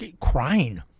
crying